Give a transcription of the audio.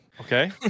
okay